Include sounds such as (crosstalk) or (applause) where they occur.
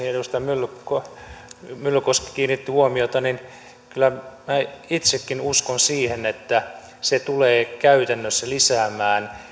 (unintelligible) edustaja myllykoski kiinnitti huomiota kyllä minä itsekin uskon siihen että se tulee käytännössä lisäämään